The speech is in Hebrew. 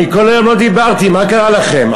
אני כל היום לא דיברתי, מה קרה לכם.